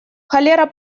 холера